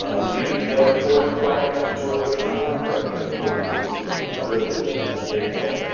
reduced water storage requirements for waste storage structures. i mean, this is ah this is really ah a big one.